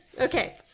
Okay